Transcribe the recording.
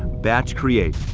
batch create.